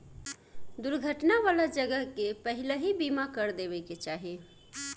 दुर्घटना वाला जगह के पहिलही बीमा कर देवे के चाही